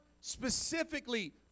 specifically